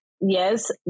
yes